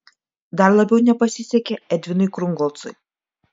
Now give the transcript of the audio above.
dar labiau nepasisekė edvinui krungolcui